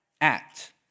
act